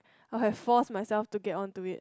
I'll have force myself to get on to it